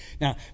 Now